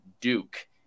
Duke